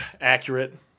accurate